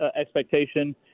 expectation